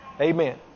Amen